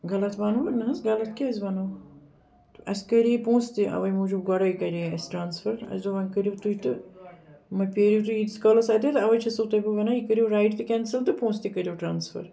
غلط وَنوٕ نَہ حظ غلط کیٛازِ وَنو اسہِ کٔرے پونٛسہٕ تہِ اَؤے موٗجوٗب گۄڈٔے کَرے اسہِ ٹرٛانسفر اسہِ دوٚپ وۄنۍ کٔرِو تُہۍ تہٕ ما پریٛارِو تُہۍ ییٖتِس کالَس اَتیٚتھ اَؤے چھیٚسو تۄہہِ بہٕ وَنان یہِ کرِو رَایِڈ تہِ کیٚنسل تہٕ پونٛسہٕ تہِ کٔرِو ٹرٛانسفر